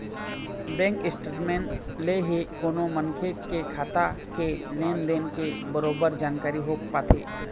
bank statement ले ही कोनो मनखे के खाता के लेन देन के बरोबर जानकारी हो पाथे